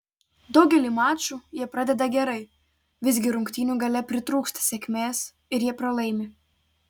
daugelį mačų jie pradeda gerai visgi rungtynių gale pritrūksta sėkmės ir jie pralaimi